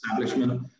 establishment